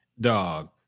Dog